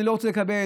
אני לא רוצה לקבל,